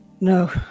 No